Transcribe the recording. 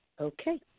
Okay